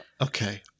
Okay